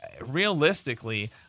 realistically